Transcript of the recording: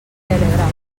telegram